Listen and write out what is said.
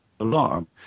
alarm